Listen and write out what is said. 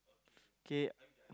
okay